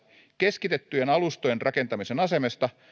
keskitettyjen alustojen rakentamisen asemesta